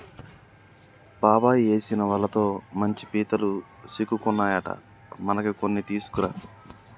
బాబాయ్ ఏసిన వలతో మంచి పీతలు సిక్కుకున్నాయట మనకి కొన్ని తీసుకురా